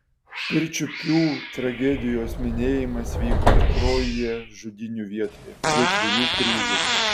pirčiupių tragedijos minėjimas vyko tikrojoje žudynių vietoje prie trijų kryžių